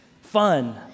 fun